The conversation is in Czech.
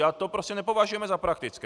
A to prostě nepovažuji za praktické.